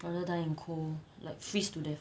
rather die in cold like freeze to death